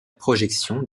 projection